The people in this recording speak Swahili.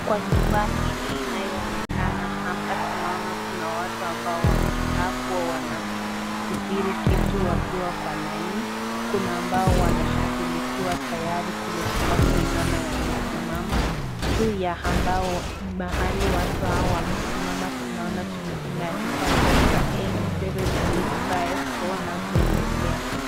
Kwa nyumba hili linaloonekana hapa Tunaona kuna watu ambao wamekaa kuwa wanasubiri kitu wakiwa kwa laini, Kuna ambao wanashukuliwa tayari vile tunavyoiona wamesimama juu ya ambao mahali Hawa watu wamesimama, tunaona imeandikwa counter A 7, 8,5,4 na kuendelea .